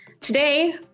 Today